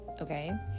Okay